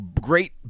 great